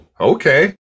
okay